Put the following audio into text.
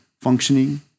functioning